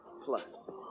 Plus